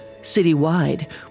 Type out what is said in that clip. Citywide